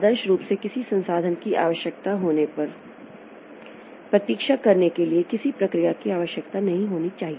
आदर्श रूप से किसी संसाधन की आवश्यकता होने पर प्रतीक्षा करने के लिए किसी प्रक्रिया की आवश्यकता नहीं होनी चाहिए